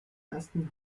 ersten